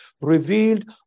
revealed